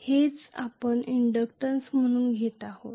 हेच आपण इंडक्टन्स म्हणून घेत आहोत